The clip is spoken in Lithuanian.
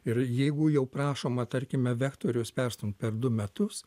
ir jeigu jau prašoma tarkime vektorius perstumt per du metus